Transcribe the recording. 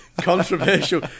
Controversial